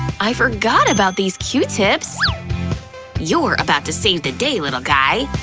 i forgot about these q-tips! you're about to save the day, little guy!